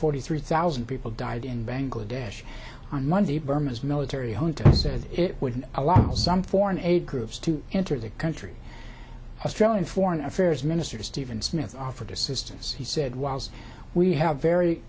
forty three thousand people died in bangladesh on monday burma's military junta said it wouldn't allow some foreign aid groups to enter the country australia foreign affairs minister stephen smith offered assistance he said was we have very